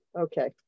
Okay